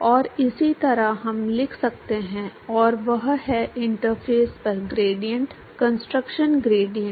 और इसी तरह हम लिख सकते हैं और वह है इंटरफ़ेस पर ग्रेडिएंट कंसंट्रेशन ग्रेडिएंट